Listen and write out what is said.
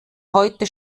heute